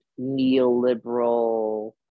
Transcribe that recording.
neoliberal